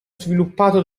sviluppato